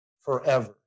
forever